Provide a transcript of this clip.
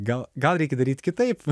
gal gal reikia daryt kitaip